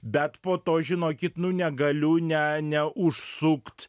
bet po to žinokit nu negaliu ne neužsukt